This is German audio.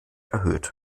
erhöht